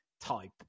type